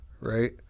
right